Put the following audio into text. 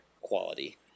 quality